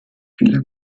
viele